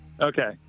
Okay